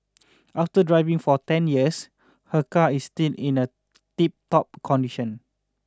after driving for ten years her car is still in a tiptop condition